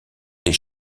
des